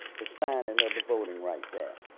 the signing of the voting rights act